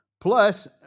Plus